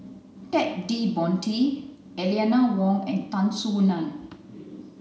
Ted De Ponti Eleanor Wong and Tan Soo Nan